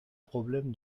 problème